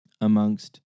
amongst